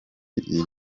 iri